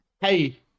Hey